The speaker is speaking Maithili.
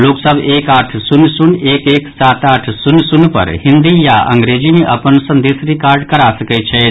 लोक सभ एक आठ शून्य शून्य एक एक सात आठ शून्य शून्य पर हिन्दी आ अंग्रेजी मे अपन संदेश रिकॉर्ड करा सकैत छथि